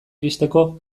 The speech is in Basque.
iristeko